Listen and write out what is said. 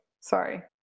Sorry